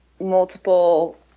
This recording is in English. multiple